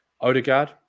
Odegaard